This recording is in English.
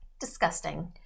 Disgusting